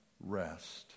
rest